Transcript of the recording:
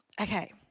Okay